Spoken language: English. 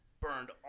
burned